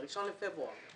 ב-1 לפברואר.